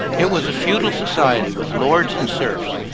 it was a feudal society with lords and serfs,